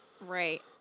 right